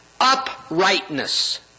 uprightness